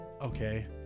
Okay